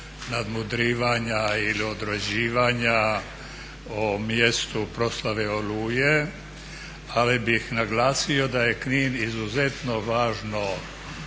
nadmudrivanja ili odrađivanja o mjestu proslave "Oluje" ali bih naglasio da je Knin izuzetno važno